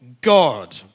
God